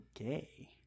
Okay